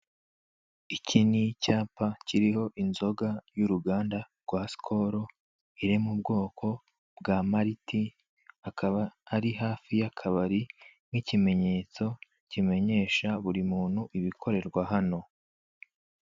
Iki ni icyapa kiriho inzoga y'uruganda rwa Skol, iri mu bwoko bwa Malt, akaba ari hafi y'akabari nk'ikimenyetso kimenyesha buri muntu ibikorerwa hano.